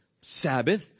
Sabbath